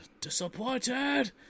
disappointed